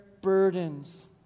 burdens